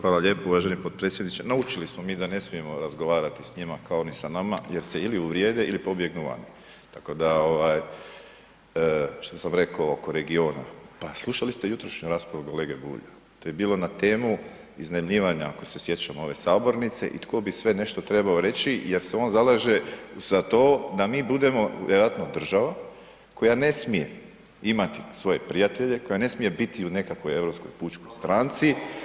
Hvala lijepo uvaženi potpredsjedniče, naučili smo mi da ne smijemo razgovarati s njima kao oni sa nama ili se uvrijede ili pobjegnu van, tako da ovaj što sam reko oko regiona, pa slušali ste jutrošnju raspravu kolege Bulja, to je bilo na temu iznajmljivanja, ako se sjećamo, ove sabornice i tko bi sve nešto trebao reći jer se on zalaže za to da mi budemo vjerojatno država koja ne smije imati svoje prijatelje, koja ne smije biti u nekakvoj Europskoj pučkoj stranci